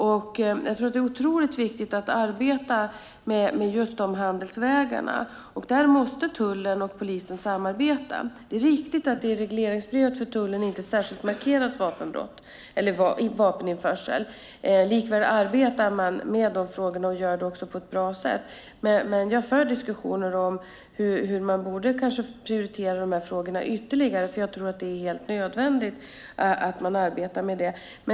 Det är otroligt viktigt att arbeta med just de handelsvägarna. Där måste tullen och polisen samarbeta. Det är riktigt att vapeninförsel inte markeras särskilt i regleringsbrevet för tullen. Likväl arbetar man med de frågorna och gör det på ett bra sätt. Jag för diskussioner om hur man kanske borde prioritera de frågorna ytterligare, för jag tror att det är helt nödvändigt att arbeta med det.